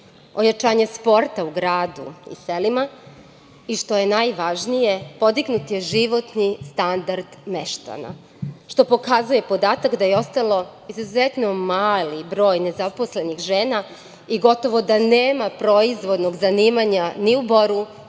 ojačanje sporta u gradu i selima i, što je najvažnije, podignut je životni standard meštana, što pokazuje podatak da je ostao izuzetno mali broj nezaposlenih žena i gotovo da nema proizvodnog zanimanja ni u Boru,